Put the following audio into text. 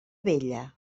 vella